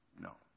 No